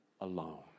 alone